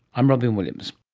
i'm robyn williams